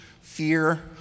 fear